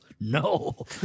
no